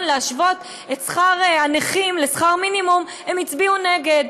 להשוות את שכר הנכים לשכר מינימום הם הצביעו נגד,